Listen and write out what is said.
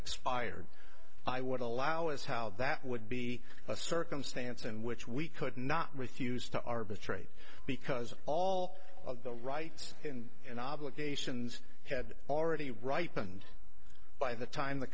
expired i would allow as how that would be a circumstance in which we could not refuse to arbitrate because all of the rights and obligations had already ripened by the time the